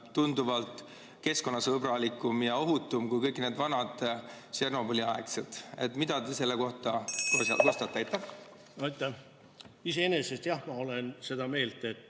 tunduvalt keskkonnasõbralikum ja ohutum kui kõik need vanad Tšernobõli-aegsed? Mida te selle kohta kostate? Iseenesest, jah, ma olen seda meelt, et